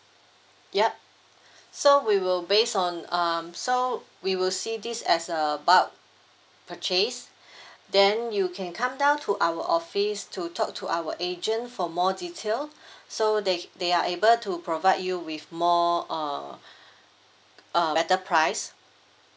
yup so we will based on um so we will see this as a bulk purchase then you can come down to our office to talk to our agent for more detail so they they are able to provide you with more err err better price